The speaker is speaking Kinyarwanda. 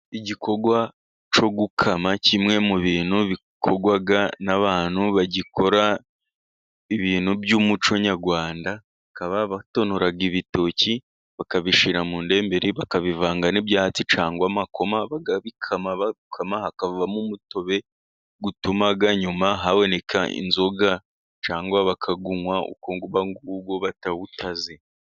Igikorwa cyo gukama, kimwe mu bintu bikorwa n'abantu bagikora ibintu by'umuco nyarwanda. Bakaba batonora ibitoki, bakabishyira mu ndemberi, bakabivanga n'ibyatsi cyangwa amakoma, bakabikama bakama, hakavamo umutobe utuma nyuma haboneka inzoga, cyangwa bakawunywa uko ng'uko batawutaze.